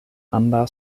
ambaŭ